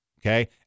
okay